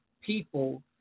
people